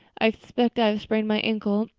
i expect i have sprained my ankle.